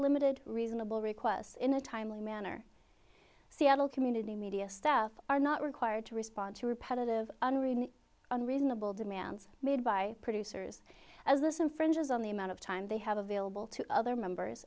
limited reasonable requests in a timely manner seattle community media staff are not required to respond to repetitive unremitting unreasonable demands made by producers as listen french's on the amount of time they have available to other members